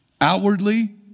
Outwardly